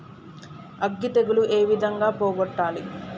అగ్గి తెగులు ఏ విధంగా పోగొట్టాలి?